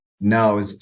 no